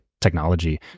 technology